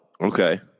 Okay